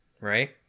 right